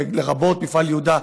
לרבות מפעל יהודה,